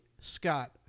Scott